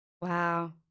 Wow